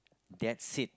that's it